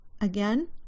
Again